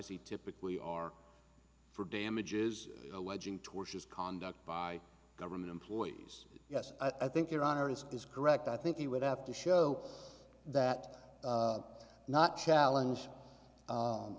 see typically are for damages or wedging tortious conduct by government employees yes i think your honor this is correct i think he would have to show that not challenge